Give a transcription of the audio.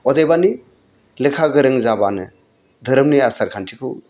अदेबानि लेखा गोरों जाब्लानो धोरोमनि आसार खान्थिखौ